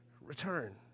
return